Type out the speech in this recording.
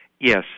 Yes